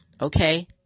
okay